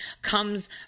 Comes